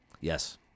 Yes